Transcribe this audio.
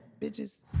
bitches